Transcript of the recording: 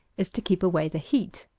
is to keep away the heat.